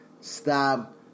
stop